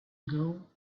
ago